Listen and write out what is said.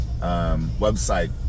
website